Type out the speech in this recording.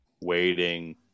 waiting